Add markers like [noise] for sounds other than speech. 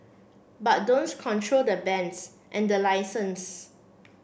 but [unintelligible] control the bands and the licenses